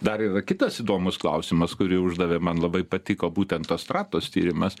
dar yra kitas įdomus klausimas kurį uždavė man labai patiko būtent tos stratos tyrimas